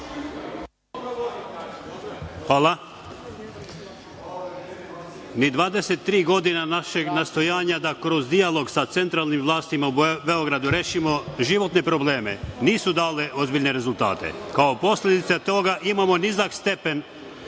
Hvala. Ni 23 godine od našeg nastojanja da kroz dijalog sa centralnim vlastima u Beogradu rešimo životne probleme nisu dale ozbiljne rezultate. Kao posledica toga, imamo nizak stepen